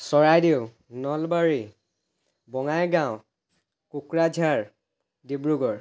Charaideo Nalbari Bongaigaon Kokrajhar Dibrugarh